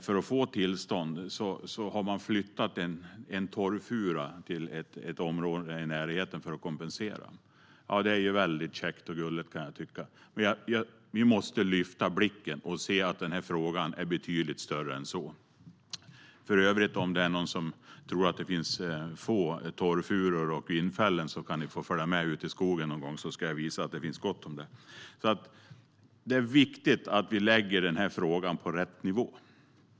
För att få tillstånd har man flyttat en torrfura till ett område i närheten för att kompensera. Ja, det är väldigt käckt och gulligt, kan jag tycka. Vi måste lyfta blicken och se att den här frågan är betydligt större än så. Det är viktigt att vi lägger den här frågan på rätt nivå.